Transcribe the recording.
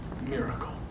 miracle